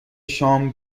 شام